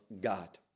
God